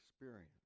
experience